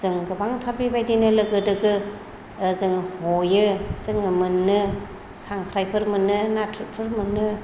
जों गोबांथार बेबायदिनो लोगो दोगो जोङो हयो जोङो मोनो खांख्राइफोर मोनो नाथुरफोर मोनो